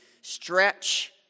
stretch